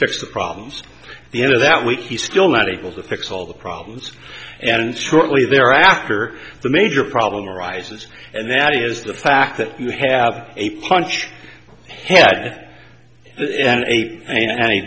fix the problems the end of that week he's still not able to fix all the problems and shortly thereafter the major problem arises and that is the fact that you have a punch had an eight and a